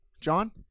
John